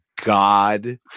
god